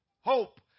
hope